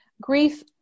grief